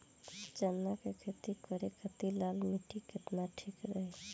चना के खेती करे के खातिर लाल मिट्टी केतना ठीक रही?